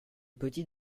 petits